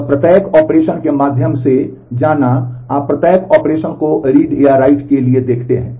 तब प्रत्येक ऑपरेशन के माध्यम से जाना आप प्रत्येक ऑपरेशन को read या write के लिए देखते हैं